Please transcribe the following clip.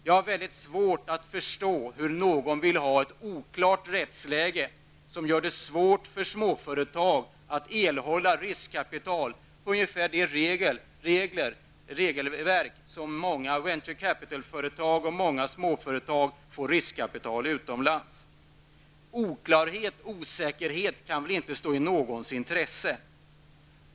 Jag har mycket svårt att förstå hur någon vill ha ett oklart rättsläge som gör det svårt för småföretag att erhålla riskkapital via ett regelverk motsvarande det som många venture capital-företag och många småföretag får riskkapital enligt utomlands. Oklarhet och osäkerhet kan inte vara i någons intresse.